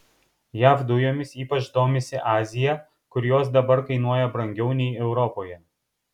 jav dujomis ypač domisi azija kur jos dabar kainuoja brangiau nei europoje